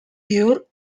burr